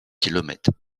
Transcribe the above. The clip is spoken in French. kilomètres